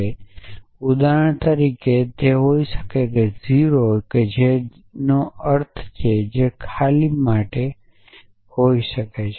તે ઉદાહરણ જેવું કંઈક હોઈ શકે 0 જે 0 નો અર્થ છે અથવા જે ખાલીમાટે હોઈ શકે છે